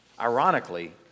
Ironically